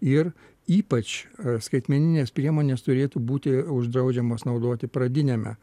ir ypač skaitmeninės priemonės turėtų būti uždraudžiamos naudoti pradiniame